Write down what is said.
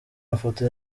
mafoto